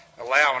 allowing